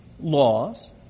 laws